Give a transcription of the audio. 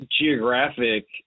geographic